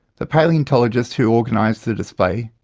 the palaeontologist who organised the display,